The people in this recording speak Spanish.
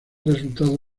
resultado